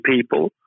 people